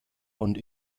und